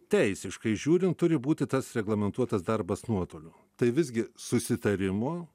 teisiškai žiūrint turi būti tas reglamentuotas darbas nuotoliu tai visgi susitarimo